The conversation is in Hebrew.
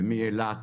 מאילת